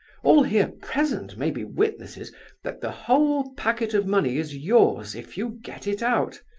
all here present may be witnesses that the whole packet of money is yours if you get it out.